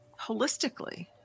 holistically